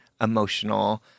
emotional